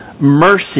mercy